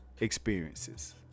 experiences